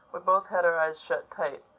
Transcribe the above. we both had our eyes shut tight.